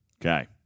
okay